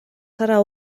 serà